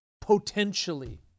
potentially